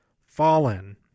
fallen